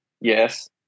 Yes